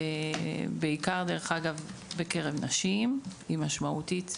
בעיקר בקרב נשים היא משמעותית מאוד.